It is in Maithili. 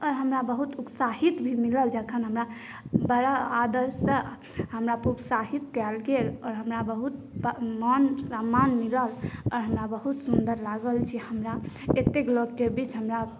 औऱ हमरा बहुत उत्साहित भी मिलल जखन हमरा बड़ा आदरसँ हमरा प्रोत्साहित कयल गेल आओर हमरा बहुत मान सम्मान मिलल आओर हमरा बहुत सुन्दर लागल जे हमरा एतेक लोककेँ बीच हमरा